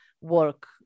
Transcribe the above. work